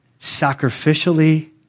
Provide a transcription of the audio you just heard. sacrificially